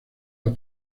las